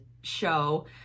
show